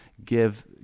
Give